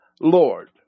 Lord